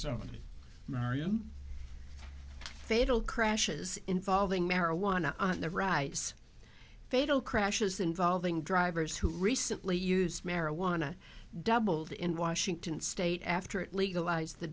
zone marion fatal crashes involving marijuana the rights fatal crashes involving drivers who recently used marijuana doubled in washington state after it legalized the